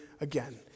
again